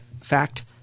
fact